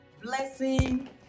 blessing